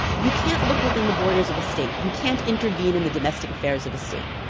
you can't look within the borders of a state. you can't intervene in the domestic affairs of a state.